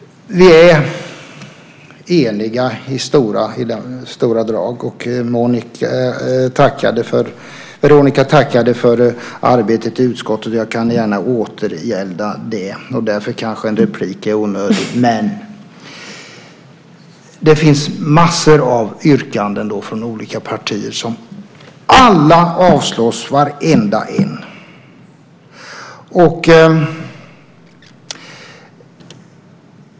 Vi är eniga i stora drag. Veronica tackade för arbetet i utskottet, och jag kan gärna återgälda det. Därför är kanske en replik onödig. Men det finns massor av yrkanden från olika partier som alla föreslås avslås, vartenda ett.